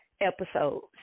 episodes